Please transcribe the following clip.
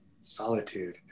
solitude